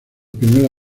primera